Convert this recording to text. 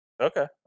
Okay